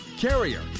Carrier